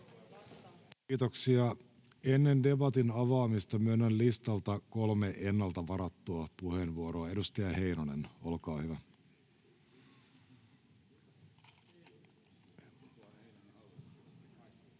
Kiitoksia. — Ennen debatin avaamista myönnän listalta kolme ennalta varattua puheenvuoroa. — Edustaja Heinonen, olkaa hyvä. Arvoisa